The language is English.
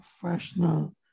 professional